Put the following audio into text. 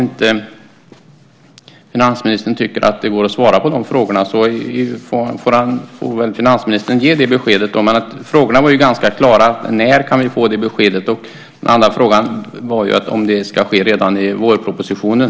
Om finansministern inte tycker att det går att svara på de frågorna får han väl ge det beskedet. Men frågorna var ganska klara. Den första frågan var: När kan vi få det beskedet? Den andra frågan var om vi ska få ett besked redan i vårpropositionen.